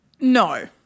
No